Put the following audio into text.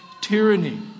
tyranny